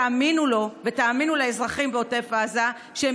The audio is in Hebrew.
תאמינו לו ותאמינו לאזרחים בעוטף עזה שהם